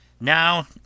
Now